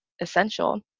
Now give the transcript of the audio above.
essential